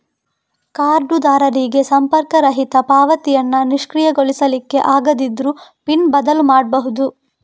ಕಾರ್ಡುದಾರರಿಗೆ ಸಂಪರ್ಕರಹಿತ ಪಾವತಿಯನ್ನ ನಿಷ್ಕ್ರಿಯಗೊಳಿಸ್ಲಿಕ್ಕೆ ಆಗದಿದ್ರೂ ಪಿನ್ ಬದಲು ಮಾಡ್ಬಹುದು